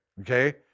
okay